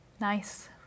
Nice